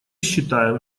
считаем